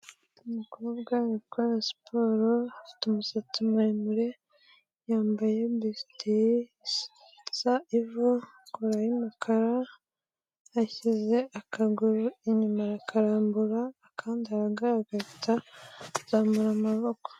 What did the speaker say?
Umukobwa ukora siporo afite umusatsi muremure yambaye isutiye isa ivu, kola y'umukara ashyize akaguru inyuma arakarambura akandi aragahagarika azamura amaboko.